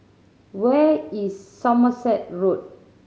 where is Somerset Road